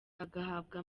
agahabwa